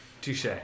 touche